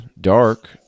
dark